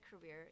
career